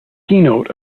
keynote